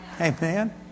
Amen